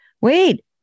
Wait